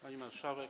Pani Marszałek!